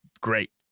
great